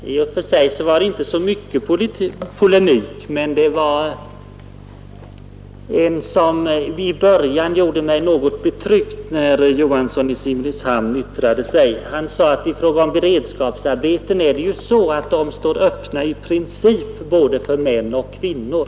Herr talman! I och för sig var det inte mycket polemik i det senaste anförandet. Men vad som i dess början gjorde mig betryckt var, att herr Johansson i Simrishamn sade att beredskapsarbeten i princip står öppna både för män och kvinnor.